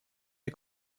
ait